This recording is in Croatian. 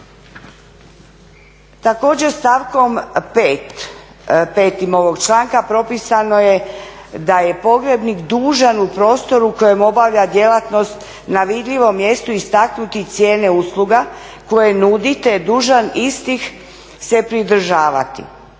Također stavkom 5. ovog članka propisano je da je pogrebnik dužan u prostoru u kojem obavlja djelatnost na vidljivom mjestu istaknuti cijene usluga koje nudi te dužan istih se pridržavati.